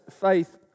faith